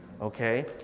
okay